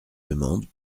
demandes